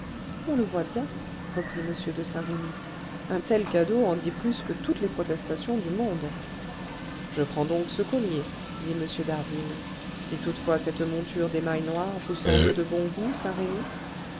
on le voit bien reprit m de saint-remy un tel cadeau en dit plus que toutes les protestations du monde je prends donc ce collier dit m d'harville si toutefois cette monture d'émail noir vous semble de bon goût saint-remy